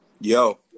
Yo